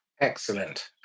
Excellent